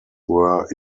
were